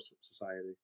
society